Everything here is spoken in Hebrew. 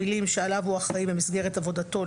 המילים "שעליו הוא אחראי במסגרת עבודתו,